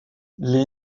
les